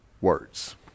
words